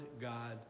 God